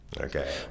Okay